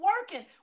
working